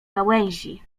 gałęzi